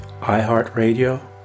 iHeartRadio